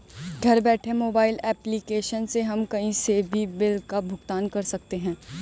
घर बैठे mobile application से हम कही से भी बिल का भुगतान कर सकते है